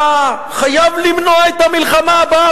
אתה חייב למנוע את המלחמה הבאה,